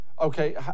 Okay